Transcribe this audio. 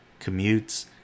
commutes